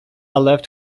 left